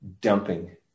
dumping